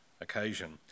occasion